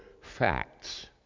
facts